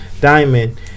diamond